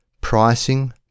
Pricing